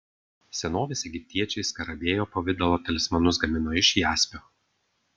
senovės egiptiečiai skarabėjo pavidalo talismanus gamino iš jaspio